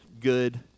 good